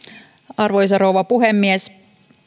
arvoisa rouva puhemies